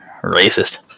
racist